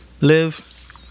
live